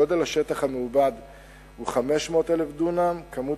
גודל השטח המעובד הוא 500,000 דונם וכמות